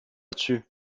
dessus